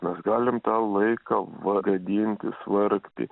mes galim tą laiką va gadintis vargti